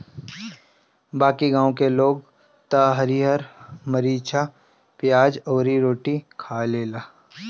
बाकी गांव के लोग त हरिहर मारीचा, पियाज अउरी रोटियो खा लेला